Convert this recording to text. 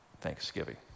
Thanksgiving